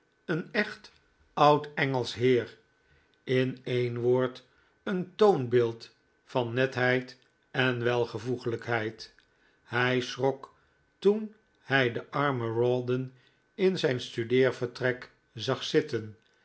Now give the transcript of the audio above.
een echt oud engelsch heer in een woord een toonbeeld van netheid en welvoeglijkheid hij schrok toen hij den armen rawdon in zijn studeervertrek zag zitten